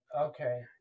Okay